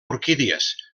orquídies